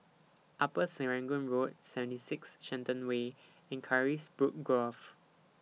Upper Serangoon Road seventy six Shenton Way and Carisbrooke Grove